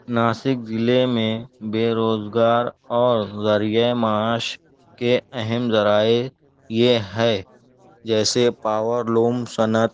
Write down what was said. ناسک ضلعے میں بےروزگار اور ذریعۂ معاش کے اہم ذرائع یہ ہے جیسے پاورلوم صنعت